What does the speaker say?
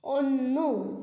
ഒന്ന്